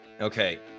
okay